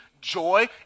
joy